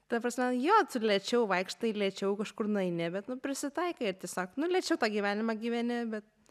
ta prasme jo tu lėčiau vaikštai lėčiau kažkur nueini bet nu prisitaikai ir tiesiog nu lėčiau tą gyvenimą gyveni bet